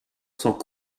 sans